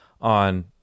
on